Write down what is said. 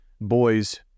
boys